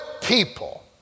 people